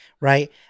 Right